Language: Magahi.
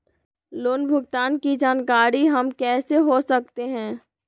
लोन भुगतान की जानकारी हम कैसे हो सकते हैं?